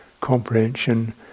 Comprehension